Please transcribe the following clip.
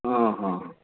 હં હં